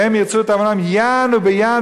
והם יִרְצוּ את עֲו‍ֹנָם יען וביען